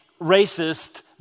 racist